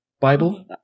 Bible